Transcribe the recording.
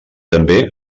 també